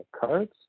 cards